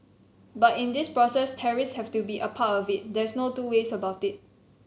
but in this process tariffs have to be part of it there's no two ways about it